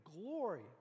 glory